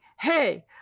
hey